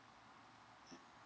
mm